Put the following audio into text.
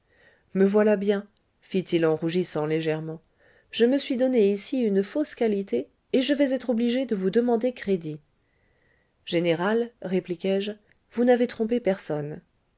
me voilà bien fit-il en rougissant légèrement je me suis donné ici une fausse qualité et je vais être obligé de vous demander crédit général répliquai-je vous n'avez trompé personne